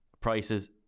prices